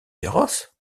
féroces